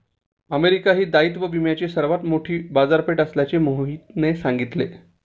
America ही दायित्व विम्याची सर्वात मोठी बाजारपेठ असल्याचे मोहितने सांगितले